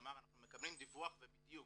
כלומר אנחנו מקבלים דיווח ובדיוק,